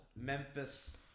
Memphis –